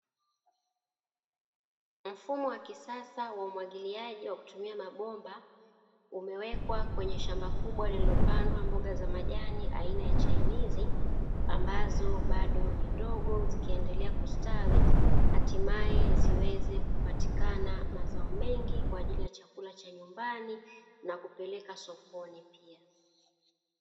Mfumo wa kisasa wa umwagiliaji wa kutumia mabomba umewekwa kwenye shamba kubwa lililopandwa mboga za majani aina ya chainizi, ambazo bado ni ndogo zikiendelea kustawi hatimae ziweze kupatikana kuleta mazao mengi kwaajili ya chakula cha nyumbani na kupeleka sokoni pia.